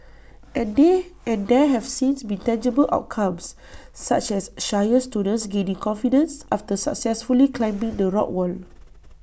and they and there have since been tangible outcomes such as shyer students gaining confidence after successfully climbing the rock wall